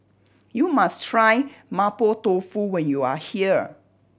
you must try Mapo Tofu when you are here